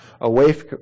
away